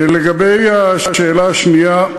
2. לגבי השאלה השנייה,